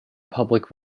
public